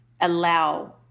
allow